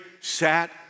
sat